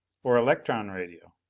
or electron radio.